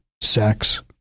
sex